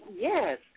yes